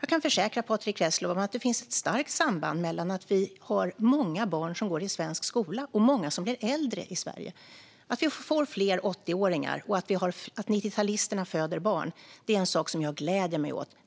Jag kan försäkra Patrick Reslow att det finns ett starkt samband mellan att vi har många som går i skolan och många som blir äldre i Sverige. Att vi får fler 80-åringar och att 90-talisterna föder barn är något som jag gläder mig åt.